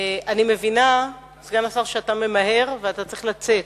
אני מבינה, סגן השר, שאתה ממהר ואתה צריך לצאת.